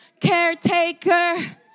caretaker